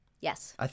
Yes